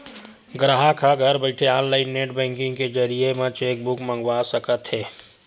गराहक ह घर बइठे ऑनलाईन नेट बेंकिंग के जरिए म चेकबूक मंगवा सकत हे